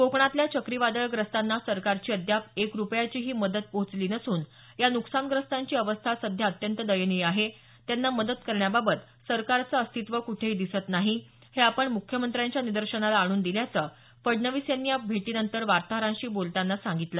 कोकणातल्या चक्रीवादळग्रस्तांना सरकारची अद्याप एक रुपयाचीही मदत पोहोचली नसून या नुकसानग्रस्तांची अवस्था सध्या अत्यंत दयनीय आहे त्यांना मदत करण्याबाबत सरकारचं अस्तित्व कुठेही दिसत नाही हे आपण मुख्यमंत्र्यांच्या निदर्शनाला आणून दिल्याचं फडणवीस यांनी या भेटीनंतर वार्ताहरांशी बोलताना सांगितलं